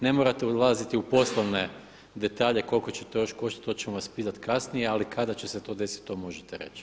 Ne morate ulaziti u poslovne detalje koliko će to još koštati, to ćemo vas pitati kasnije, ali kada će se to desiti to možete reći.